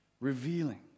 revealing